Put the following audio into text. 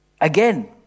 Again